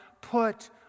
Put